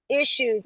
issues